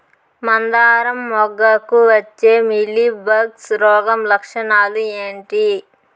మందారం మొగ్గకు వచ్చే మీలీ బగ్స్ రోగం లక్షణాలు ఏంటి?